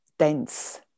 dense